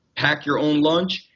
pack your own lunch,